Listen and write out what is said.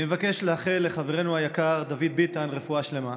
אני מבקש לאחל לחברנו היקר דוד ביטן רפואה שלמה,